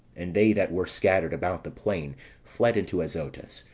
and they that were scattered about the plain fled into azotus,